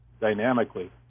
dynamically